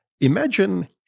imagine